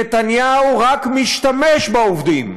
נתניהו רק משתמש בעובדים.